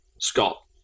Scott